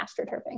astroturfing